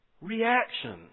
Reaction